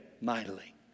mightily